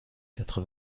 quatre